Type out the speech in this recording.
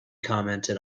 commented